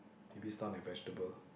maybe stun like vegetable